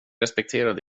respekterar